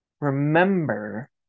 remember